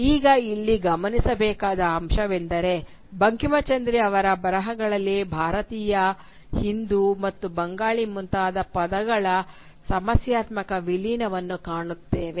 ಈಗ ಇಲ್ಲಿ ಗಮನಿಸಬೇಕಾದ ಅಂಶವೆಂದರೆ ಬಂಕಿಂಚಂದ್ರ ಅವರ ಬರಹಗಳಲ್ಲಿ ಭಾರತೀಯ ಹಿಂದೂ ಮತ್ತು ಬಂಗಾಳಿ ಮುಂತಾದ ಪದಗಳ ಸಮಸ್ಯಾತ್ಮಕ ವಿಲೀನವನ್ನು ಕಾಣುತ್ತೇವೆ